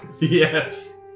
Yes